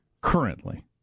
currently